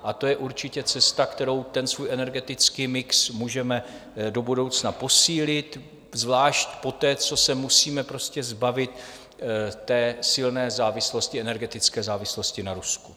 A to je určitě cesta, kterou ten svůj energetický mix můžeme do budoucna posílit, zvlášť poté, co se musíme prostě zbavit té silné energetické závislosti na Rusku.